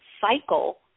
cycle